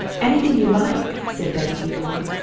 anything you like! said betty eagerly.